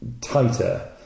tighter